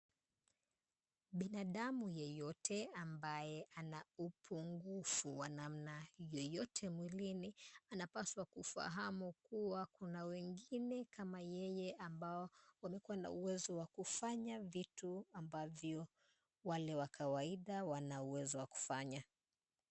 Binadamu yeyote ambaye ana upungufu wa namna yoyote mwilini, anapaswa kufahamu kuwa, kuna wengine kama yeye ambao wamekuwa na uwezo, wa kufanya vitu ambavyo wale wa kawaida wana uwezo wa kufanya.